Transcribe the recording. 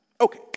Okay